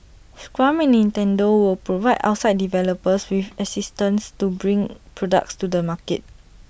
scrum and Nintendo will provide outside developers with assistance to bring products to the market